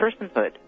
personhood